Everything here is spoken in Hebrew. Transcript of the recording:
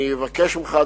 אני מבקש ממך,